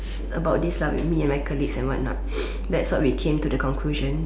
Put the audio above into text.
about this me and my colleagues and what not that's what we came to the conclusion